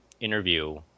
interview